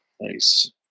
Nice